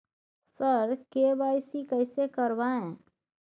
sir KYC कैसे करवाएं